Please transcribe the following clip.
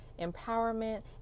empowerment